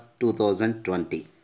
2020